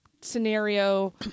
scenario